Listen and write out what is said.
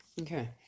Okay